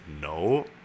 no